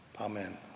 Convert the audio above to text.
Amen